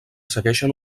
segueixen